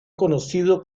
conocido